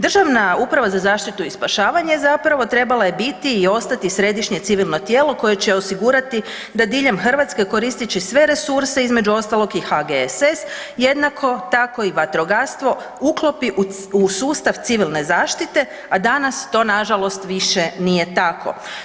Državna uprava za zaštitu i spašavanje zapravo trebala je biti i ostati središnje civilno tijelo koje će osigurati da diljem Hrvatske koristeći sve resurse između ostalog i HGSS jednako tako i vatrogastvo uklopi u sustav civilne zaštite, a danas to nažalost više nije tako.